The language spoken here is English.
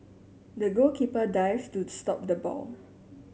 the goalkeeper dived to stop the ball